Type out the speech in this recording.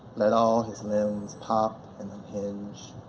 let all his limbs pop and unhinge.